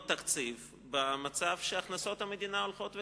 תקציב במצב שבו הכנסות המדינה הולכות וקטנות.